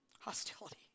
Hostility